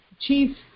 Chief